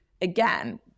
again